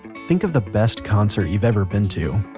think of the best concert you've ever been to.